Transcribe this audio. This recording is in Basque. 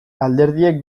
alderdiek